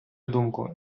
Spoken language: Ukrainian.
думку